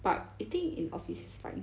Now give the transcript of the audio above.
but eating in office is fine